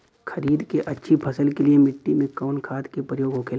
खरीद के अच्छी फसल के लिए मिट्टी में कवन खाद के प्रयोग होखेला?